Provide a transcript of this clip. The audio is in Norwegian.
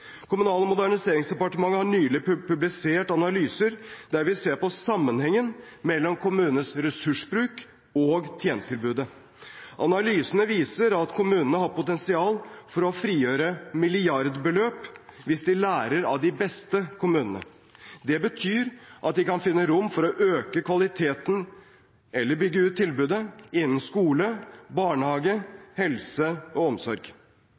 Kommunal- og moderniseringdepartementet har nylig publisert analyser der vi ser på sammenhengen mellom kommunenes ressursbruk og tjenestetilbudet. Analysene viser at kommunene har et potensial for å frigjøre milliardbeløp hvis de lærer av de beste kommunene. Det betyr at de kan finne rom til å øke kvaliteten eller bygge ut tilbudet innen skole, barnehage, helse og omsorg.